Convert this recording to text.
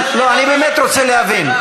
לא, אני באמת רוצה להבין.